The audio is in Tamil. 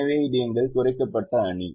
எனவே இது எங்கள் குறைக்கப்பட்ட அணி